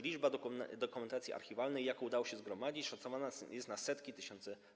Liczba stron dokumentacji archiwalnej, jaką udało się zgromadzić, szacowana jest na setki tysięcy.